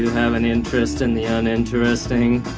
have an interest in the uninteresting?